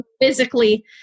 physically